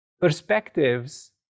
perspectives